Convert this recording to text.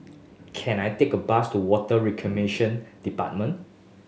can I take a bus to Water Reclamation Department